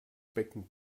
becken